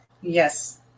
yes